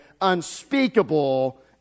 unspeakable